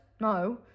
no